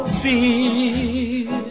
fear